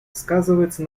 сказывается